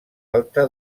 alta